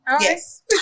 Yes